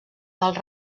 dels